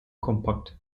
kompakt